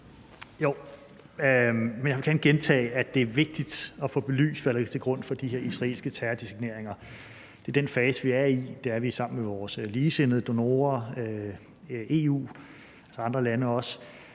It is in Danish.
jeg vil gerne gentage, at det er vigtigt at få belyst, hvad der ligger til grund for de her israelske terrordesigneringer. Det er den fase, vi er i, og det er vi sammen med vores ligesindede, donorer, EU og også andre lande, og